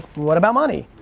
what about money?